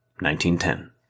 1910